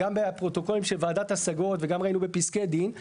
גם בפרוטוקולים של ועדת השגות וגם ראינו בפסקי דין,